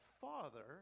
father